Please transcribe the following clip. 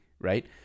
Right